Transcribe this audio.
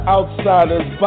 Outsiders